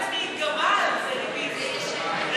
אני אגיד לך, אני תוהה לעצמי אם גמל,